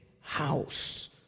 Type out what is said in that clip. house